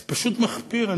זה פשוט מחפיר.